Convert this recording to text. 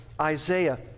Isaiah